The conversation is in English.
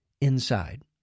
inside